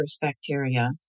bacteria